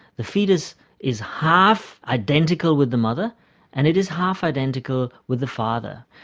the fetus is half identical with the mother and it is half identical with the father.